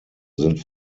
sind